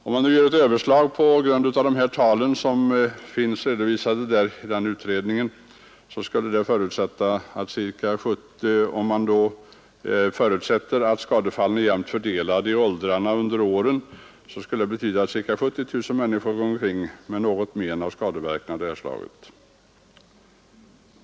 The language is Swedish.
Om man nu gör ett överslag med dessa tal som grund och förutsätter att skadefallen är jämnt fördelade i åldrarna och under åren, skulle det betyda att ca 70 000 människor går omkring med bestående men efter skador av detta slag.